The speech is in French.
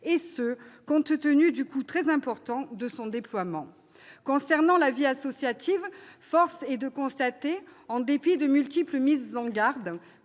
compte tenu du coût très important du déploiement de celui-ci. Concernant la vie associative, force est de constater, en dépit de multiples mises en garde,